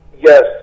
Yes